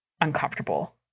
uncomfortable